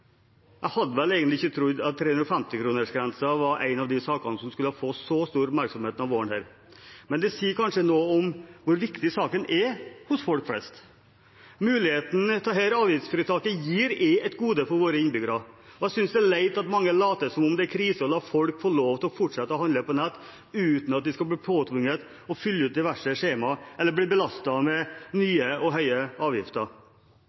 Jeg hadde egentlig ikke trodd at 350-kronersgrensen var en av de sakene som skulle få så stor oppmerksomhet denne våren, men det sier kanskje noe om hvor viktig saken er for folk flest. Muligheten dette avgiftsfritaket gir, er et gode for våre innbyggere. Jeg synes det er leit at mange later som om det er krise å la folk få lov til å fortsette å handle på nett uten at de skal bli påtvunget å fylle ut diverse skjemaer, eller bli belastet med nye og høye avgifter.